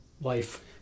life